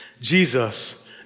Jesus